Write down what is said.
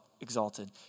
exalted